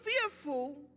fearful